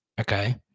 Okay